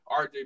RJ